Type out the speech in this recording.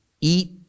eat